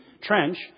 Trench